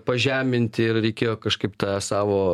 pažeminti ir reikėjo kažkaip tą savo